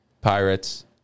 Pirates